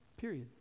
Period